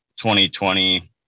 2020